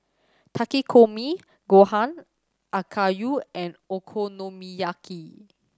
Takikomi Gohan Okayu and Okonomiyaki